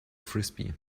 frisbee